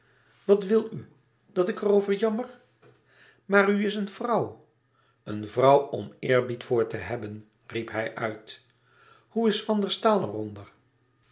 wat wil u dat ik er over jammer maar u is een vrouw een vrouw om eerbied voor te hebben riep hij uit hoe is